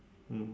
mm